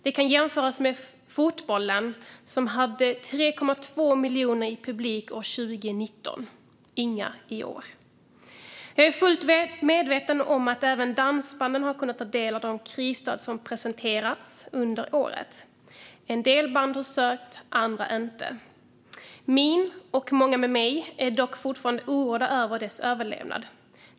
Det kan jämföras med fotbollen, som hade 3,2 miljoner i publiken 2019 och inga i år. Jag är fullt medveten om att även dansbanden har kunnat ta del av de krisstöd som har presenterats under året. En del band har sökt, andra inte. Jag och många med mig är dock fortfarande oroade över bandens överlevnad.